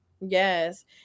Yes